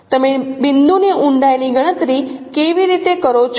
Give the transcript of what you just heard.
તમે બિંદુની ઊંડાઈની ગણતરી કેવી રીતે કરો છો